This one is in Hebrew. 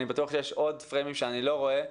אני בטוח שיש עוד מסגרות שאני לא רואה.